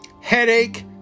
headache